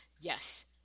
Yes